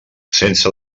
sense